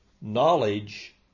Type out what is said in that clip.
knowledge